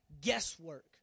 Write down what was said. guesswork